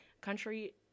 country